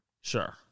Sure